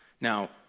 Now